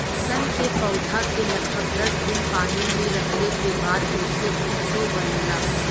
सन के पौधा के लगभग दस दिन पानी में रखले के बाद ओसे कुछो बनला